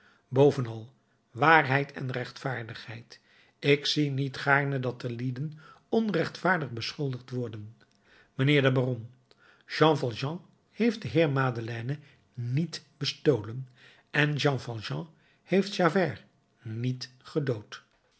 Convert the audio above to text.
bovenal waarheid en rechtvaardigheid ik zie niet gaarne dat de lieden onrechtvaardig beschuldigd worden mijnheer de baron jean valjean heeft den heer madeleine niet bestolen en jean valjean heeft javert niet gedood